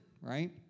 right